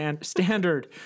standard